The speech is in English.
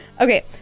Okay